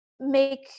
make